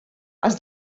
els